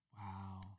Wow